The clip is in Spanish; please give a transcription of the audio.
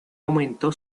aumentó